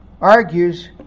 argues